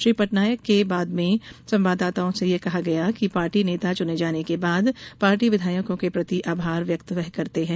श्री पटनायक ने बाद में संवाददाताओं से कहा कि वह पार्टी नेता चुने जाने के लिए पार्टी विधायकों के प्रति आभार व्यक्त करते हैं